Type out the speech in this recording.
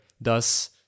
Thus